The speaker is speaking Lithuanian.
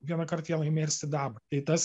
vienąkart jie laimėję sidabrą tai tas